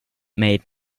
made